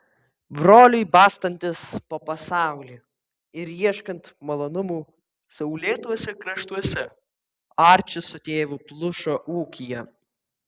broliui bastantis po pasaulį ir ieškant malonumų saulėtuose kraštuose arčis su tėvu plušo ūkyje